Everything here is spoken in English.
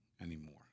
anymore